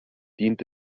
dient